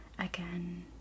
Again